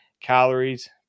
calories